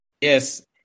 Yes